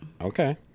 Okay